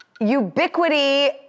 ubiquity